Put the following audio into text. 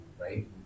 right